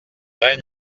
règne